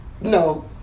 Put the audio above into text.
No